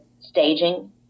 staging